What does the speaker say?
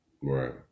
Right